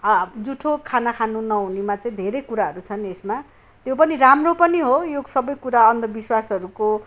जुठो खाना खानु नहुनेमा चाहिँ धेरै कुराहरू छन् यसमा त्यो पनि राम्रो पनि हो यो सबै कुरा अन्धविश्वासहरूको